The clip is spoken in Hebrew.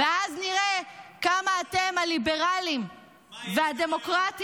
ואז נראה כמה אתם, הליברלים והדמוקרטים,